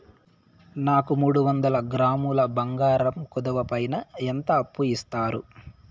నాకు మూడు వందల గ్రాములు బంగారం కుదువు పైన ఎంత అప్పు ఇస్తారు?